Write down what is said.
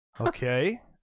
Okay